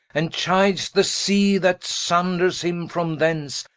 and chides the sea, that sunders him from thence,